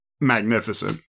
magnificent